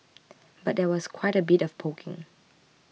but there was quite a bit of poking